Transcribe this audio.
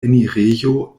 enirejo